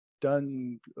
done